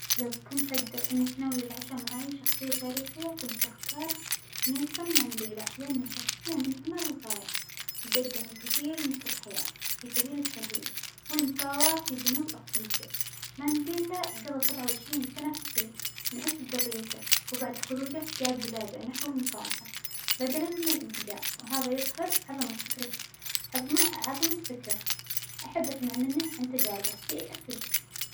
لو كنت أجدر إنى أتناول العشاء مع أى شخصية تاريخية كنت بختار نيلسون مانديلا، لأنه شخصية ملهمة للغاية وجدن الكثير من التضحيات في سبيل الحرية والمساواة في جنوب أفريقيا، مندلا جظى سبعة وعشرين سنة في السجن من أجل قظيته، وبعد خروجه جاد بلاده نحو المصالحة بدلا من الإنتجام وهذا يظهر عظمة فكره عظمة-عظمة فكرة، أحب أسمع منه عن تجاربه فى السجن.